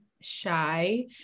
shy